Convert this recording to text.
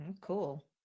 Cool